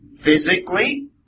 physically